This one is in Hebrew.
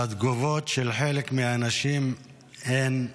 והתגובות של חלק מהאנשים הן חרפה,